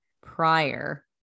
prior